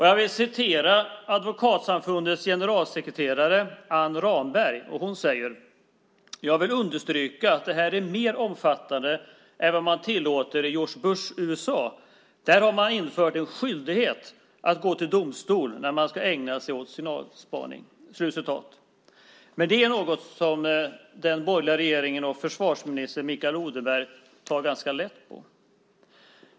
Jag vill återge vad Advokatsamfundets generalsekreterare Ann Ramberg säger: Jag vill understryka att det här är mer omfattande än vad man tillåter i George Bushs USA. Där har man infört en skyldighet att gå till domstol när man ska ägna sig åt signalspaning. Det är dock något som den borgerliga regeringen och försvarsminister Mikael Odenberg tar ganska lätt på.